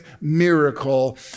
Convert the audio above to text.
miracle